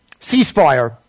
ceasefire